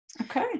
Okay